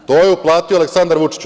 To je uplatio Aleksandar Vučić.